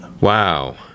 wow